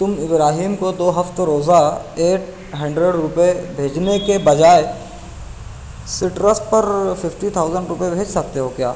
تم ابراہیم کو دو ہفت روزہ ایٹ ہنڈریڈ روپئے بھیجنے کے بجائے سٹرس پر ففٹی تھاؤزینڈ روپئے بھیج سکتے ہو کیا